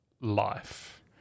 life